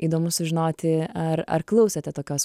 įdomu sužinoti ar ar klausėte tokios